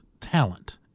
talent